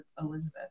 Elizabeth